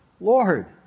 Lord